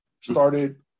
started